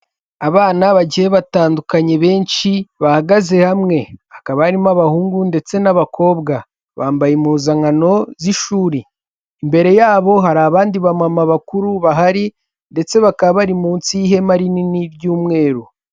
Abana bagiye batandukanye benshi, bahagaze hamwe. Hakaba harimo abahungu ndetse n'abakobwa. Bambaye impuzankano z'ishuri. Imbere yabo hari abandi bamama bakuru bahari, ndetse bakaba bari munsi y'ihema rinini ry'umweru.